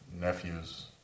nephews